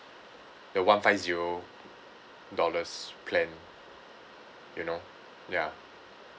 the one five zero dollars plan you know ya